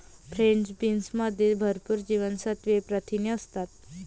French बीन्समध्ये भरपूर जीवनसत्त्वे, प्रथिने असतात